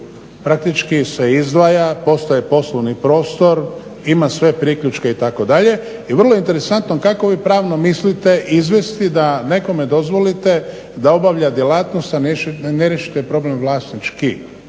praktički se izdvaja, postaje poslovni prostor, ima sve priključke itd.. I vrlo je interesantno kako vi pravno mislite izvesti da nekome dozvolite da obavlja djelatnost a ne riješite problem vlasnički